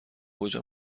کجا